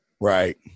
right